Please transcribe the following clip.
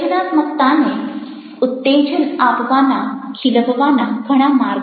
સર્જનાત્મકતાને ઉત્તેજન આપવાના ખીલવવાના ઘણા માર્ગો છે